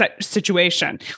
Situation